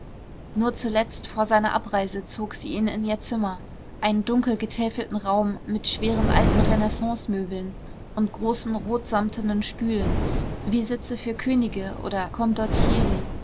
nur zuletzt vor seiner abreise zog sie ihn in ihr zimmer einen dunkel getäfelten raum mit schweren alten renaissancemöbeln und großen rotsamtenen stühlen wie sitze für könige oder